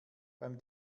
beim